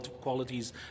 qualities